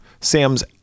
sam's